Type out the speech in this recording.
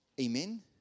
amen